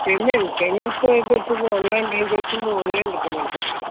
payment payment ତ ଏବେ ସବୁ ଅନଲାଇନ୍ ହେଇଯାଇଛି ମୁଁ ଅନଲାଇନ୍ରେ ପେମେଣ୍ଟ କରିବି